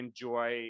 enjoy